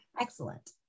Excellent